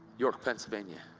york, pennsylvania.